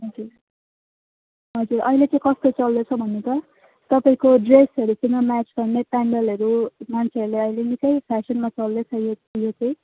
हजुर हजुर अहिले चाहिँ कस्तो चल्दैछ भन्नु त तपाईँको ड्रेसहरूसँग म्याच गर्ने पेन्डलहरू मान्छेहरूले अहिले निकै फेसनमा चल्दैछ यो यो चाहिँ